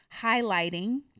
highlighting